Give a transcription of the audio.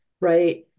right